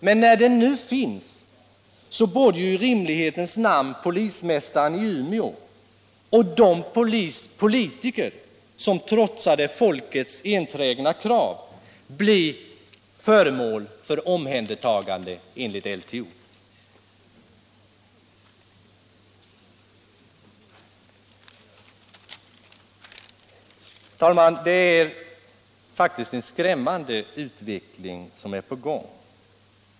Men när den nu finns borde ju i rimlighetens namn polismästaren i Umeå och de politiker som trotsade folkets enträgna krav bli föremål för omhändertagande enligt LTO. Herr talman! En skrämmande utveckling är faktiskt i gång.